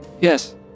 Yes